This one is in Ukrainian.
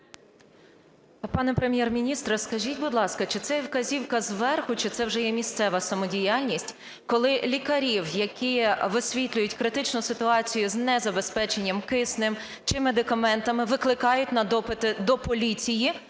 Пане Прем'єр-міністре, скажіть, будь ласка, чи це є вказівка зверху, чи це вже є місцева самодіяльність, коли лікарів, які висвітлюють критичну ситуацію з незабезпеченням киснем чи медикаментами, викликають на допити до поліції